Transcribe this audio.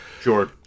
sure